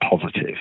positive